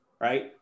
right